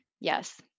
Yes